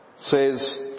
says